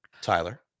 tyler